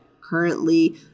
currently